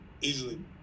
Easily